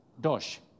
Dosh